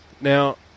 Now